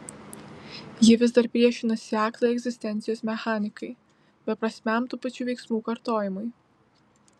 ji vis dar priešinasi aklai egzistencijos mechanikai beprasmiam tų pačių veiksmų kartojimui